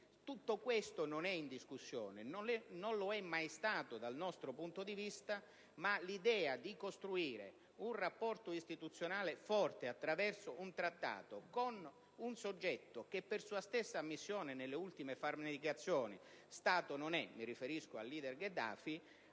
Tutto questo non è in discussione; non lo è mai stato, dal nostro punto di vista, ma era chiaro che l'idea di costruire un rapporto istituzionale forte attraverso un trattato sottoscritto con un soggetto che, per sua stessa ammissione, nelle sue ultime farneticazioni, Stato non è - mi riferisco al leader Gheddafi